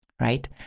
right